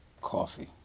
coffee